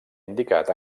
indicat